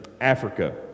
Africa